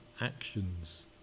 actions